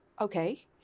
Okay